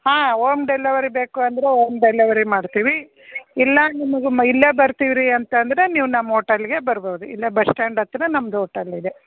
ಹಾಂ home delivery ಬೇಕು ಅಂದರೆ ಓಮ್ ಡೆಲವರಿ ಮಾಡ್ತೀವಿ ಇಲ್ಲ ನಿಮಗೆ ಇಲ್ಲೇ ಬರ್ತೀವಿ ರೀ ಅಂತ ಅಂದರೆ ನೀವು ನಮ್ಮ ಓಟಲಿಗೆ ಬರ್ಬೋದು ಇಲ್ಲೆ ಬಸ್ ಸ್ಟಾಂಡ್ ಹತ್ರ ನಮ್ದು ಓಟಲ್ ಇದೆ